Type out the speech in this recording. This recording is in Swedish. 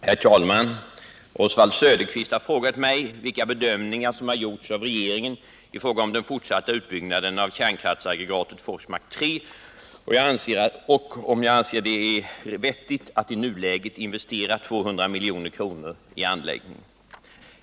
Herr talman! Oswald Söderqvist har frågat mig vilka bedömningar som har gjorts av regeringen i fråga om den fortsatta utbyggnaden av kärnkraftsaggregatet Forsmark 3 och om jag anser att det är vettigt att i nuläget investera 200 milj.kr. i anläggningen.